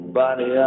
body